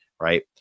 right